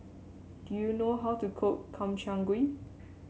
do you know how to cook Makchang Gui